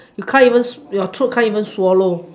you can't even you your throat can't even swallow